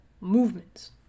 movements